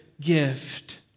gift